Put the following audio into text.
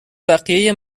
بقیه